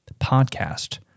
#podcast